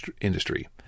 industry